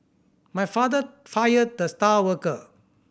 my father fired the star worker